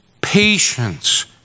patience